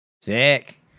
sick